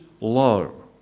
low